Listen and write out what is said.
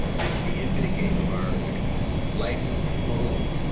but the infinite game of our life long,